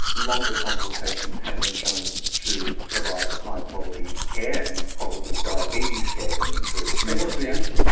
longer consultations have been shown to provide higher quality care and quality of diabetes care being improved. so what's the answer?